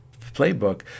playbook